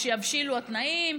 כשיבשילו התנאים,